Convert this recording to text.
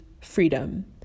freedom